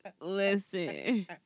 listen